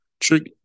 Trick